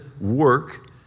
work